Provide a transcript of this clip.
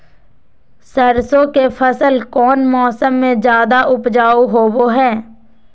सरसों के फसल कौन मौसम में ज्यादा उपजाऊ होबो हय?